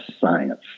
science